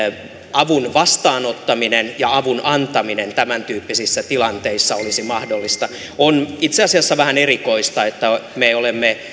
avun vastaanottaminen ja avun antaminen tämäntyyppisissä tilanteissa olisi mahdollista on itse asiassa vähän erikoista että me olemme